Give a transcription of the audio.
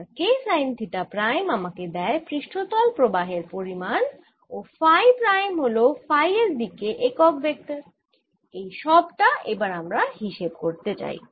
আর K sine theta prime আমাকে দেয় পৃষ্ঠতল প্রবাহের পরিমান ও ফাই প্রাইম হল ফাই এর দিকে একক ভেক্টর এই সবটা এবার আমরা হিসেব করতে চাই